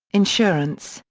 insurance,